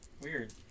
Weird